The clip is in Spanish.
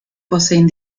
poseen